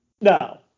No